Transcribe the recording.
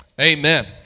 Amen